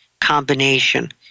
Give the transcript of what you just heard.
combination